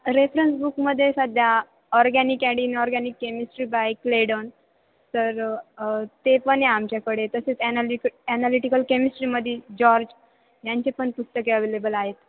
reference बुकमध्ये सध्या organic and inorganic chemistry by Clayden तर ते पण आहे आमच्याकडे तसेच एनाल ॲनालिटिकल केमिस्ट्रीमध्ये जॉर्ज यांचे पण पुस्तके अवेलेबल आहेत